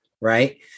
right